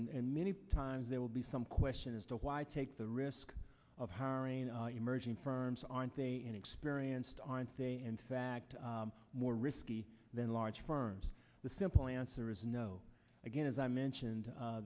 and many times there will be some question as to why take the risk of hiring emerging firms aren't they inexperienced aren't they in fact more risky than large firms the simple answer is no again as i mentioned